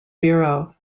bureau